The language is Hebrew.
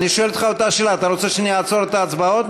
אני שואל אותך אותה שאלה: אתה רוצה שאעצור את ההצבעות?